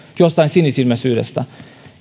jostain sinisilmäisyydestä